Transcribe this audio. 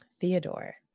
Theodore